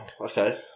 Okay